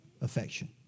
affection